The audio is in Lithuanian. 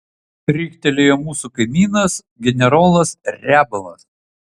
riktelėjo mūsų kaimynas generolas riabovas